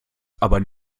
aber